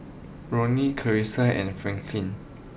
Ronny Clarisa and Franklin